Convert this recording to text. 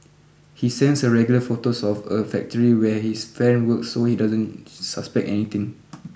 he sends her regular photos of a factory where his friend works so she doesn't suspect anything